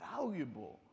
valuable